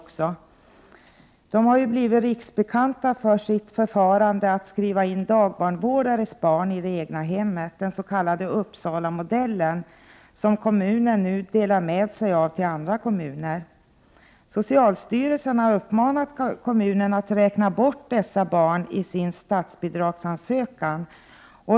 Kommunen har blivit riksbekant för sitt förfarande att skriva in dagbarnvårdares barn i det egna hemmet, den s.k. Uppsalamodellen, som kommunen nu delar med sig av till andra kommuner. Socialstyrelsen har uppmanat kommunen att räkna bort dessa barn i sin statsbidragsansökan.